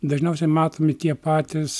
dažniausiai matomi tie patys